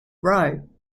row